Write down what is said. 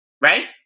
Right